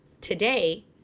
today